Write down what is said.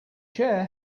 chair